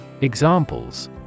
Examples